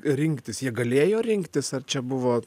rinktis jie galėjo rinktis ar čia buvo